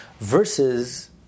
versus